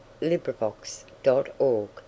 LibriVox.org